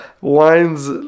wines